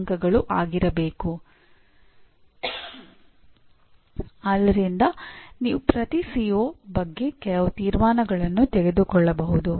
ಈ 12 ಪರಿಣಾಮಗಳು ವಿಭಾಗದ ಮತ್ತು ವೃತ್ತಿಪರ ಸಾಮರ್ಥ್ಯಗಳನ್ನು ತಿಳಿಸುತ್ತವೆ